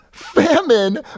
Famine